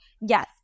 yes